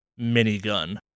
minigun